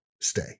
stay